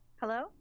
Hello